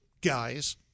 guys